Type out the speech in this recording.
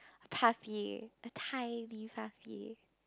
a a tiny